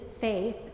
faith